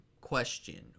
question